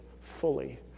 fully